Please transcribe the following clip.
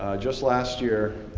just last year,